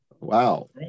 Wow